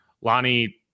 Lonnie